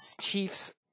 chiefs